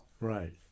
Right